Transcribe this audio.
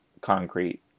concrete